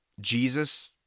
Jesus